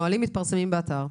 נהלים מתפרסמים באתר.